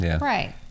Right